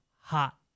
hot